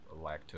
lactose